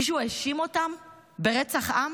מישהו האשים אותם ברצח העם?